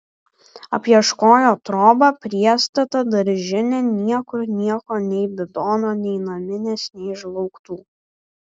apieškojo trobą priestatą daržinę niekur nieko nei bidono nei naminės nei žlaugtų